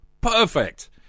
Perfect